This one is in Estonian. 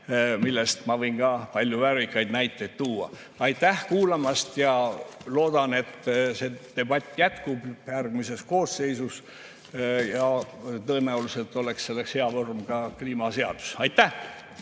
ajast ma võiksin ka palju värvikaid näiteid tuua. Aitäh kuulamast! Loodan, et see debatt jätkub järgmises koosseisus. Ja tõenäoliselt oleks selleks hea vorm ka kliimaseadus. Aitäh!